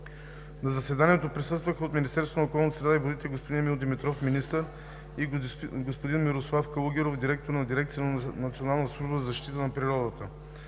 На заседанието присъстваха – от Министерството на околната среда и водите: господин Емил Димитров – министър, и господин Мирослав Калугеров – директор на дирекция „Национална служба за защита на природата“.